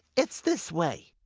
it's this way,